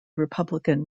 republican